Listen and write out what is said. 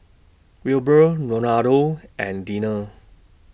Wilbur Ronaldo and Deana